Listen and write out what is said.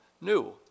new